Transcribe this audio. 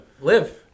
Live